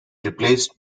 replaced